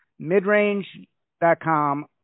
Midrange.com